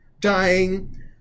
dying